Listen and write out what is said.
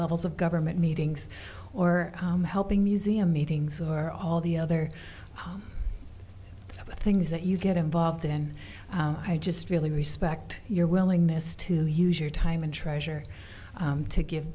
levels of government meetings or helping museum meetings are all the other things that you get involved in i just really respect your willingness to use your time and treasure to give